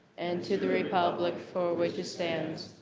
and to the republic for which it stands.